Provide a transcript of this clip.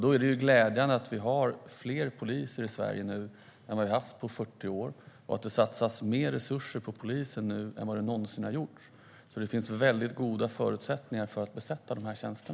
Då är det glädjande att vi nu har fler poliser i Sverige än vad vi har haft på 40 år och att det satsas mer resurser på polisen än vad det någonsin har gjorts. Det finns alltså goda förutsättningar att besätta dessa tjänster.